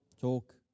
talk